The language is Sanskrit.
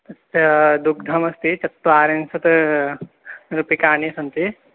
तत् ता दुग्धमस्ति चत्वारिंशत् रूप्यकाणि सन्ति